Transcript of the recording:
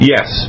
Yes